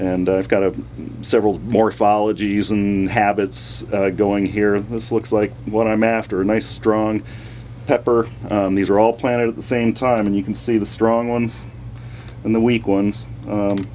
and i've got a several morphologies in habits going here this looks like what i'm after a nice strong pepper these are all planted at the same time and you can see the strong ones and the weak ones